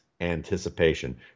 anticipation